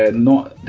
and not.